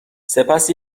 سپس